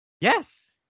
Yes